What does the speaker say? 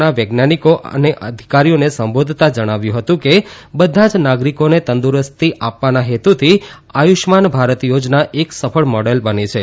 ના વૈજ્ઞાનિક તથા ધિકારીઓને સંબાધતા જણાવ્યું હતું કે બધા જ નાગરિકાઓ તંદુરસ્તી આપવાના હેતુથી આયુષ્માન ભારત યાજના એક સફળ માંડેલ બની છે